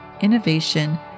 innovation